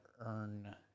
earn